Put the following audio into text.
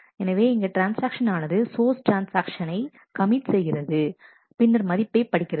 எனவே இங்கு ட்ரான்ஸ்ஆக்ஷன்ஆனது சோர்ஸ் ட்ரான்ஸ்ஆக்ஷனை கமிட் செய்கிறது பின்னர் மதிப்பை படிக்கிறது